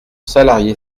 salarié